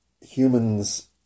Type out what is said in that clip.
Humans